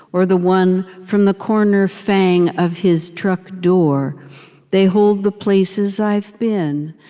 or the one from the corner fang of his truck door they hold the places i've been,